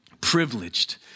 privileged